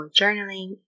journaling